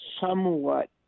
somewhat